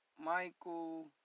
Michael